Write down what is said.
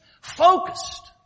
focused